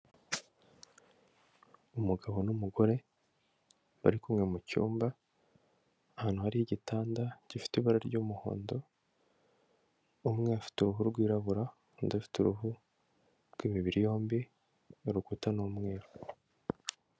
Umugabo n'umugore bari kumwe mu cyumba, ahantu hari igitanda, gifite ibara ry'umuhondo, umwe afite uruhu rwirabura, undi afite uruhu rw'imibiri yombi n'urukuta ni umweru.